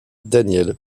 daniel